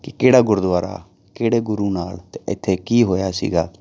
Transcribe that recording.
ਕਿ ਕਿਹੜਾ ਗੁਰਦੁਆਰਾ ਕਿਹੜੇ ਗੁਰੂ ਨਾਲ ਅਤੇ ਇੱਥੇ ਕੀ ਹੋਇਆ ਸੀਗਾ